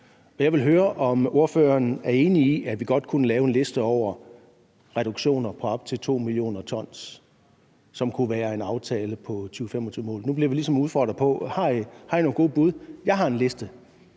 Jeg vil høre, om ordføreren er enig i, at vi godt kunne lave en liste over reduktioner på op til 2 mio. t, som kunne være en aftale i forhold til 2025-målet. Nu bliver vi ligesom udfordret på det. Har I nogen gode bud? Jeg har en liste